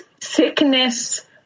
Sickness